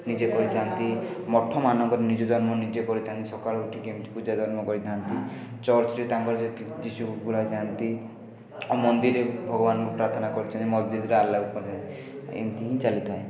ନିଜେ କରିଥାନ୍ତି ମଠମାନଙ୍କରେ ବି ନିଜ ଧର୍ମ ନିଜେ କରିଥାନ୍ତି ସକାଳୁ ଉଠି ଏମିତି ପୂଜା କର୍ମ କରିଥାନ୍ତି ଚର୍ଚ୍ଚରେ ତାଙ୍କରେ ଯୀଶୁ ବୋଲାଯାନ୍ତି ମନ୍ଦିରରେ ଭଗବାନଙ୍କୁ ପ୍ରାର୍ଥନା କରୁଛନ୍ତି ଆଉ ମସ୍ଜିଦ୍ରେ ଆଲ୍ଲାହକୁ କରୁଛନ୍ତି ଏମିତି ହିଁ ଚାଲିଥାଏ